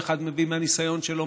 כל אחד מביא מהניסיון שלו,